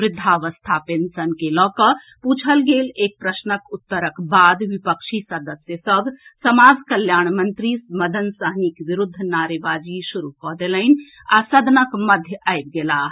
वृद्धावस्था पेंशन के लऽकऽ पूछल गेल एक प्रश्नक उत्तरक बाद विपक्षी सदस्य सभ समाज कल्याण मंत्री मदन सहनीक विरूद्व नारेबाजी शुरू कऽ देलनि आ सदनक मध्य आबि गेलाह